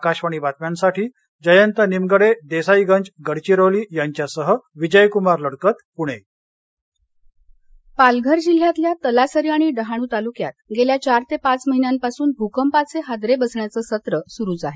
आकाशवाणी बातम्यांसाठी जयंत निमगडे देसाईगंज गडचिरोली यांच्यासह विजयक्मार लडकत पुणे भकंप पालघर पालघर जिल्ह्यातल्या तलासरी डहाणू तालुक्यात गेल्या चार ते पाच महिन्यांपासून भूकंपाचे हादरे बसण्याचं सत्र सुरूच आहे